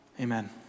amen